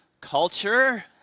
culture